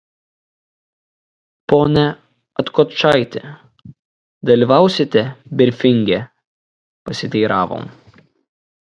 pone atkočaiti dalyvausite brifinge pasiteiravom